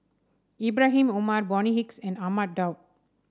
Ibrahim Omar Bonny Hicks and Ahmad Daud